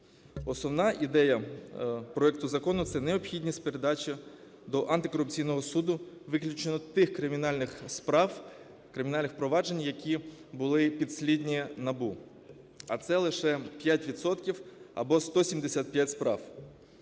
Основна ідея проекту закону – це необхідність передачі до антикорупційного суду виключно тих кримінальних справ, кримінальних проваджень, які були підслідні НАБУ, а це лише 5 відсотків або 175 справ.